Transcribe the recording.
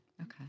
Okay